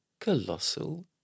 Colossal